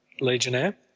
legionnaire